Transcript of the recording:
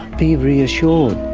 be reassured,